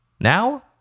Now